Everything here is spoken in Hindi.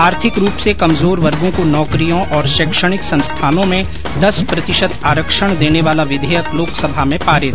आर्थिक रूप से कमजोर वर्गो को नौकरियों और शैक्षणिक संस्थानों में दस प्रतिशत आरक्षण देने वाला विधेयक लोकसभा में पारित